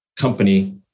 company